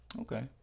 Okay